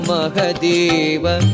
Mahadeva